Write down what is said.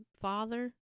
father